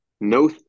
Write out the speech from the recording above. No